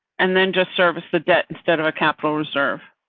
and then just service the debt instead of a capital reserve.